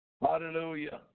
Hallelujah